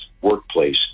workplace